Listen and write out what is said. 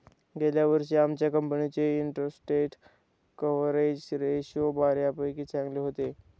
गेल्या वर्षी आमच्या कंपनीचे इंटरस्टेट कव्हरेज रेशो बऱ्यापैकी चांगले होते